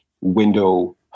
window